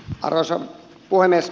arvoisa puhemies